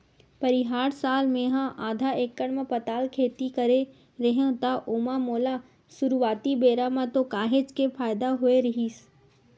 परिहार साल मेहा आधा एकड़ म पताल खेती करे रेहेव त ओमा मोला सुरुवाती बेरा म तो काहेच के फायदा होय रहिस